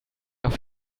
auf